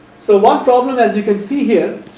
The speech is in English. so, one problem as you can see here